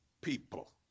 people